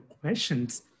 questions